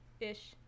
ish